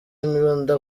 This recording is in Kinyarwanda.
imbunda